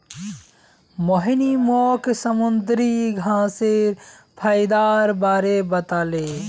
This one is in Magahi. मोहिनी मोक समुंदरी घांसेर फयदार बारे बताले